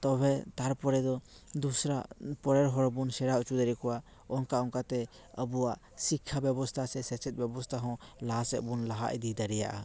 ᱛᱚᱵᱮ ᱛᱟᱨ ᱯᱚᱨᱮ ᱫᱚ ᱫᱚᱥᱨᱟ ᱯᱚᱨᱮᱨ ᱦᱚᱲ ᱵᱚ ᱥᱮᱲᱟ ᱚᱪᱚ ᱫᱟᱲᱮ ᱟᱠᱚᱣᱟ ᱚᱱᱠᱟ ᱚᱱᱠᱟ ᱛᱮ ᱟᱵᱚᱣᱟᱜ ᱥᱤᱠᱠᱷᱟ ᱵᱮᱵᱚᱥᱛᱷᱟ ᱥᱮ ᱥᱮᱪᱮᱫ ᱵᱮᱵᱚᱥᱛᱷᱟ ᱦᱚᱸ ᱞᱟᱦᱟ ᱥᱮᱫ ᱵᱚᱱ ᱞᱟᱜᱟ ᱤᱫᱤ ᱫᱟᱲᱮᱭᱟᱜᱼᱟ